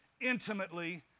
intimately